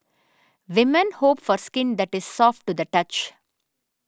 women hope for skin that is soft to the touch